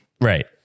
Right